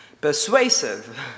persuasive